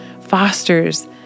fosters